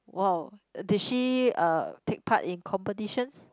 wow did she uh take part in competitions